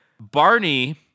Barney